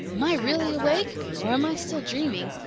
am i really awake, or am i still dreaming?